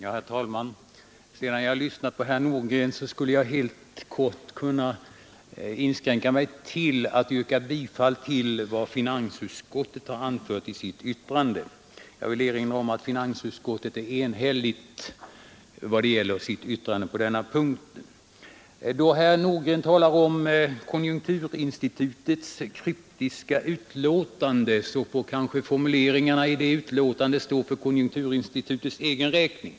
Herr talman! Sedan jag lyssnat på herr Nordgren skulle jag helt kort kunna inskränka mig till att yrka bifall till vad finansutskottet har anfört i sitt betänkande. Jag vill erinra om att finansutskottet är enhälligt på denna punkt. Då herr Nordgren talar om konjunkturinstitutets kryptiska utlåtande, så får formuleringarna i det utlåtandet stå för konjunkturinstitutets räkning.